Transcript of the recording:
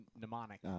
mnemonic